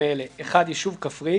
יישוב.